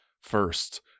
first